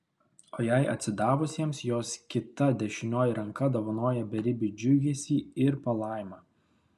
o jai atsidavusiems jos kita dešinioji ranka dovanoja beribį džiugesį ir palaimą